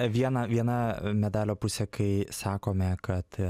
viena viena medalio pusė kai sakome kad